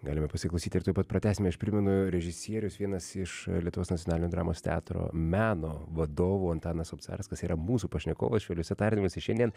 galime pasiklausyti ir tuoj pat pratęsime aš primenu režisierius vienas iš lietuvos nacionalinio dramos teatro meno vadovų antanas obcarskas yra mūsų pašnekovas švelniuose tardymuose ir šiandien